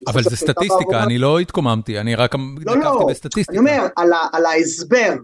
אבל זה סטטיסטיקה, אני לא התקוממתי, אני רק לקחתי את הסטטיסטיקה. לא, לא, אני אומר על ההסבר.